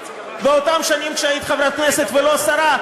באותן שנים שהיית חברת כנסת ולא שרה,